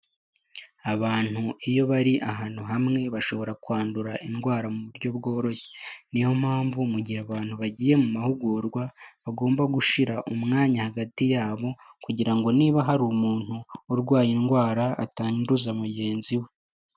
Abantu iyo bari ahantu hamwe bashobora kwandura indwara mu buryo bworoshye, niyo mpamvu mu gihe abantu bagiye mu mahugurwa bagomba gushyira umwanya hagati yabo kugira ngo niba hari umuntu urwaye indwara atanduza mugenzi we.